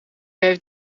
heeft